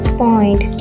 point